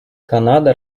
канада